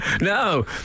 no